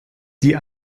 die